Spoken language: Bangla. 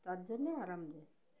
তার জন্যই আরাম দেয়